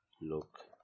Look